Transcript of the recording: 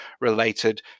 related